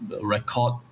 record